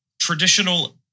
Traditional